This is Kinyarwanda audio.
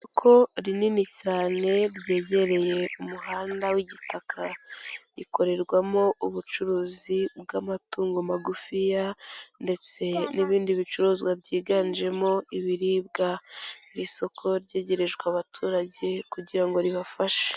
Isoko rinini cyane ryegereye umuhanda w'igitaka rikorerwamo ubucuruzi bw'amatungo magufiya, ndetse n'ibindi bicuruzwa byiganjemo ibiribwa. Ni isoko ryegerejwe abaturage kugirango ribafashe.